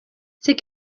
c’est